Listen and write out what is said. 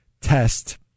test